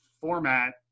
format